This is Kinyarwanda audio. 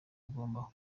ugomba